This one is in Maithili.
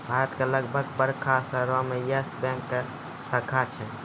भारत के लगभग बड़का शहरो मे यस बैंक के शाखा छै